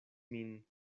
min